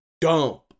dump